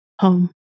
home